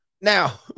Now